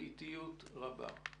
אבל אני אומר בצורה חד משמעית: